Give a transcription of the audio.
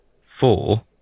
four